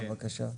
בבקשה.